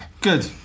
Good